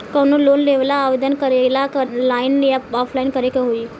कवनो लोन लेवेंला आवेदन करेला आनलाइन या ऑफलाइन करे के होई?